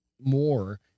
more